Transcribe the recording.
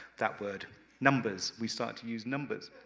that would numbers. we start to use numbers.